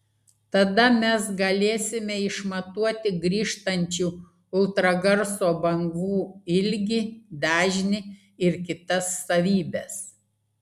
tada mes galėsime išmatuoti grįžtančių ultragarso bangų ilgį dažnį ir kitas savybes